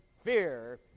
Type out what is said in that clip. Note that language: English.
fear